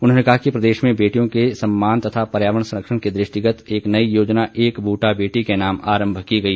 उन्होंने कहा कि प्रदेश में बेटियों के सम्मान तथा पर्यावरण सरंक्षण के दृष्टिगत एक नई योजना एक बूटा बेटी के नाम आरंभ की गई है